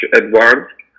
advanced